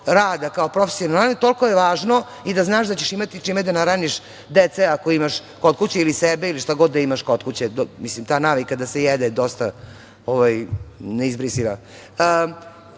rada kao profesionalni novinar, toliko je važno i da znaš da ćeš imati čime da nahraniš decu ako imaš kod kuće ili sebe ili šta god da imaš kod kuće. Mislim, ta navika da se jede je dosta neizbrisiva. Taj